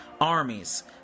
armies